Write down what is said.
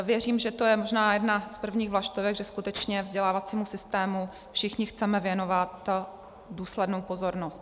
Věřím, že to je možná jedna z prvních vlaštovek, že skutečně vzdělávacímu systému všichni chceme věnovat důslednou pozornost.